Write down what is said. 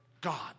God